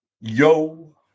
Yo